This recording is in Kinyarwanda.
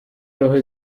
roho